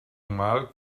mal